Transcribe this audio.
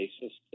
basis